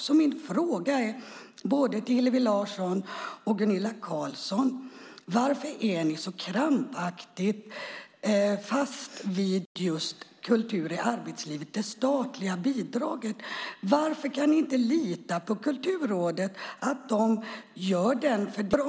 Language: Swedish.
Mina frågor till både Hillevi Larsson och Gunilla Carlsson är därför: Varför håller ni så krampaktigt fast vid just det statliga bidraget till Kultur i arbetslivet? Varför kan ni inte lita på att Kulturrådet gör den fördelning som krävs?